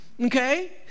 Okay